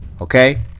okay